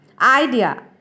idea